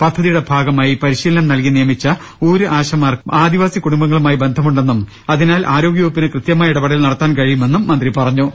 പദ്ധതിയുടെ ഭാഗമായി പരിശീലനം നൽകി നിയമിച്ച ഊര് ആശമാർക്ക് ആദിവാസി കുടുംബങ്ങളുമായി ബന്ധമുണ്ടെന്നും അതിനാൽ ആരോ ഗ്യവകുപ്പിന് കൃത്യമായി ഇടപെടൽ നടത്താൻ കഴിയുമെന്നും മന്ത്രി പറഞ്ഞു